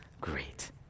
great